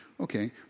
Okay